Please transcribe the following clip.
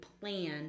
plan